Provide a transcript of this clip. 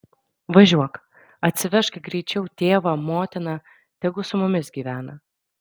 važiuok atsivežk greičiau tėvą motiną tegu su mumis gyvena